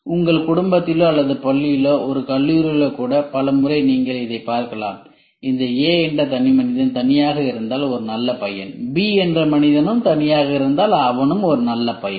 உங்கள் குடும்பத்திலோ அல்லது பள்ளியிலோ அல்லது கல்லூரியிலோ கூட பல முறை நீங்கள் இதைப் பார்க்கலாம் இந்த A என்ற தனிமனிதன் தனியாக இருந்தால் ஒரு நல்ல பையன் B என்ற தனிமனிதன் தனியாக இருந்தால் அவனும் ஒரு நல்ல பையன்